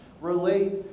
relate